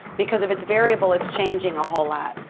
because if it's variable, it's changing a whole lot.